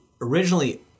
originally